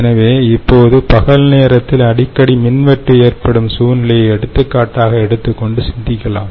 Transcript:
எனவே இப்போது பகல் நேரத்தில் அடிக்கடி மின்வெட்டு ஏற்படும் சூழ்நிலையை எடுத்துக்காட்டாக எடுத்துக்கொண்டு சிந்திக்கலாம்